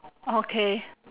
okay